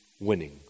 winning